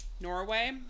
Norway